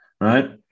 right